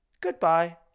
Goodbye